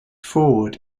forward